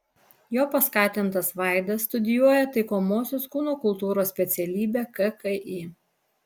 jo paskatintas vaidas studijuoja taikomosios kūno kultūros specialybę kki